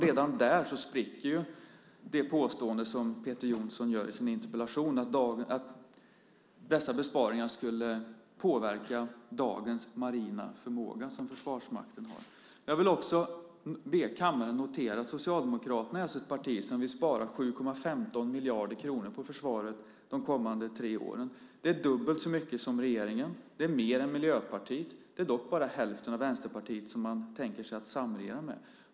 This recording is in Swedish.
Redan där spricker det påstående som Peter Jonsson gör i sin interpellation, nämligen att dessa besparingar skulle påverka dagens marina förmåga som Försvarsmakten har. Jag vill be kammaren att notera att Socialdemokraterna är ett parti som vill spara 7,15 miljarder kronor på försvaret de kommande tre åren. Det är dubbelt så mycket som regeringen. Det är mer än Miljöpartiet. Det är dock bara hälften av Vänsterpartiet som man tänker sig att samregera med.